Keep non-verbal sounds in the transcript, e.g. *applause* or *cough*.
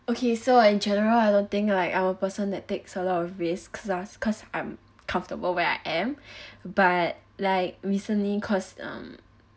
okay so in general I don't think like I'm a person that takes a lot of risks cause I'm comfortable where I am *breath* but like recently cause um